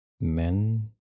men